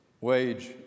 wage